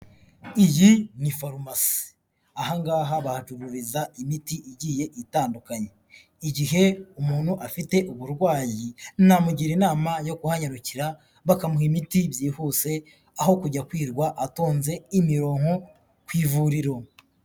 Iyi ni farumasi. Aha ngaha bahacururiza imiti igiye itandukanye. Igihe umuntu afite uburwayi, namugira inama yo kuhanyarukira bakamuha imiti byihuse, aho kujya kwirwa atonze imironko ku ivuriro.